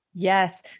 Yes